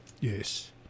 Yes